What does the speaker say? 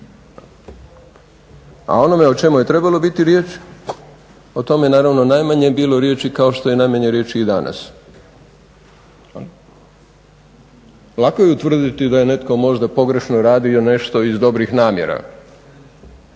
o onome o čemu je trebalo biti riječ o tome je naravno najmanje bilo riječ kao što je najmanje riječi i danas. Lako je utvrditi da je netko možda pogrešno radio nešto iz dobrih namjera